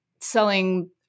selling